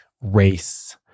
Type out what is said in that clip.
race